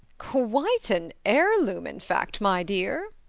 quite an heirloom, in fact, my dear,